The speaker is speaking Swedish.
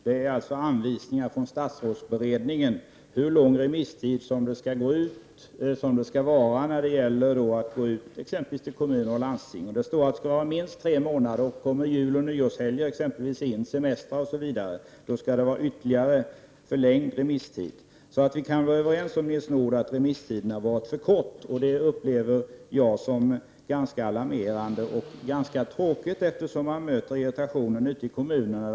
Det är alltså anvisningar från statsrådsberedningen om hur lång remisstiden skall vara när man går ut till exempelvis kommuner och landsting. Där står att det skall var minst tre månaders remisstid, och om juloch nyårshelg, semestrar osv., kommer in skall remisstiden förlängas ytterligare. Vi kan väl vara överens om att remisstiden har varit för kort, Nils Nordh. Jag upplever det som ganska alarmerande. Det är dessutom tråkigt, efter som vi möter irritation ute i kommunerna.